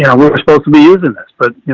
yeah were were supposed to be using this, but you